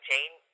Jane